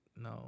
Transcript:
no